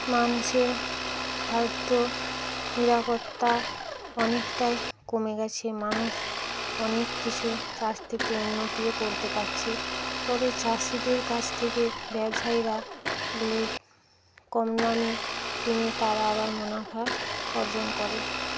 মানুষের খাদ্য নিরাপত্তা অনেকটাই কমে গেছে মানুষ অনেক কিছু চাষ থেকে উন্নতিও করতে পারছে তবে চাষীদের কাছ থেকে ব্যবসায়ীরা লুট কম দামে কিনে তারা আবার মুনাফা অর্জন করে